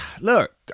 Look